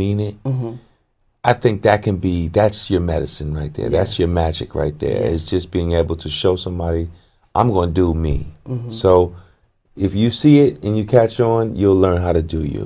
mean it i think that can be that's your medicine right there that's your magic right there is just being able to show so my i'm going to do me so if you see it in you catch on you'll learn how to do you